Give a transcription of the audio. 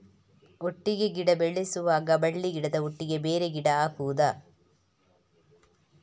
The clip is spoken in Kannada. ಒಟ್ಟಿಗೆ ಗಿಡ ಬೆಳೆಸುವಾಗ ಬಳ್ಳಿ ಗಿಡದ ಒಟ್ಟಿಗೆ ಬೇರೆ ಗಿಡ ಹಾಕುದ?